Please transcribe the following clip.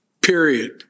period